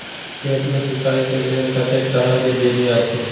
खेत मे सिंचाई के लेल कतेक तरह के विधी अछि?